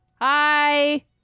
Hi